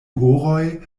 horoj